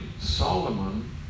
Solomon